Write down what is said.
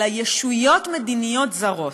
אלא "ישויות מדיניות זרות"